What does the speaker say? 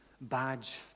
badge